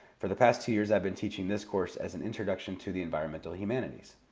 for the past two years, i've been teaching this course as an introduction to the environmental humanities.